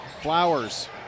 Flowers